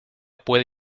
puede